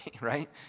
right